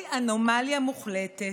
זוהי אנומליה מוחלטת,